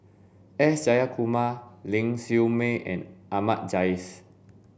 S Jayakumar Ling Siew May and Ahmad Jais